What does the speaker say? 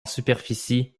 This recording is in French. superficie